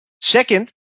Second